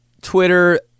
Twitter